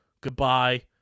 goodbye